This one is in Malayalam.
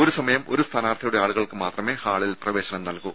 ഒരു സമയം ഒരു സ്ഥാനാർത്ഥിയുടെ ആളുകൾക്ക് മാത്രമേ ഹാളിൽ പ്രവേശനം നൽകൂ